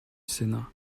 sénat